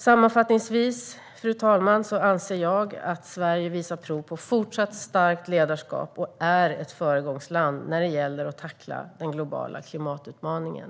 Sammanfattningsvis, fru talman, anser jag att Sverige visar prov på fortsatt starkt ledarskap och är ett föregångsland när det gäller att tackla den globala klimatutmaningen.